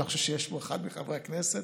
אני לא חושב שיש פה אחד מחברי הכנסת,